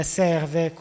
serve